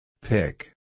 Pick